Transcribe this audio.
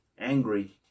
angry